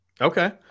Okay